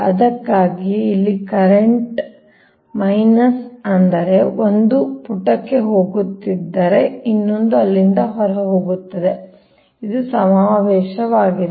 ಅದಕ್ಕಾಗಿಯೇ ಇಲ್ಲಿ current minus ಅಂದರೆ ಒಬ್ಬರು ಪುಟಕ್ಕೆ ಹೋಗುತ್ತಿದ್ದಾರೆ ಇನ್ನೊಂದು ಅಲ್ಲಿಂದ ಹೊರಹೋಗುತ್ತಿದೆ ಇದು ಸಮಾವೇಶವಾಗಿದೆ